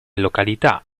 località